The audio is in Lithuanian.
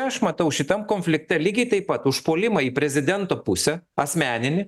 aš matau šitam konflikte lygiai taip pat užpuolimą į prezidento pusę asmeninį